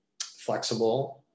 flexible